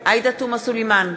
עאידה תומא סלימאן,